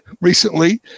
recently